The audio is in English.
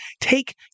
take